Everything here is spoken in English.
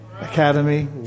academy